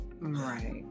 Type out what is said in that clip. right